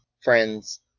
friends